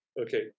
Okay